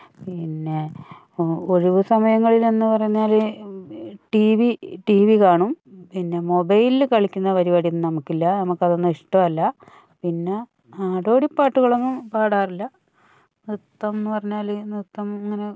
പിന്നെ ഒഴിവ് സമയങ്ങളിലെന്ന് പറഞ്ഞാൽ ടി വി ടി വി കാണും പിന്നെ മൊബൈലിൽ കളിക്കുന്ന പരിപാടിയൊന്നും നമുക്കില്ല നമുക്കതൊന്നും ഇഷ്ടമല്ല പിന്നെ നാടോടി പാട്ടുകളൊന്നും പാടാറില്ല നൃത്തം എന്ന് പറഞ്ഞാൽ നൃത്തം അങ്ങനെ